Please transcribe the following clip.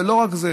ולא רק זה,